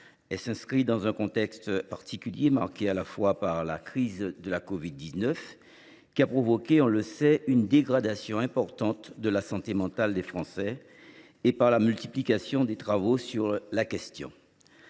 Elle s’inscrit dans un contexte particulier, marqué à la fois par la crise de la covid 19, qui a provoqué – on le sait – une dégradation importante de la santé mentale des Français, et par la multiplication des travaux sur la question.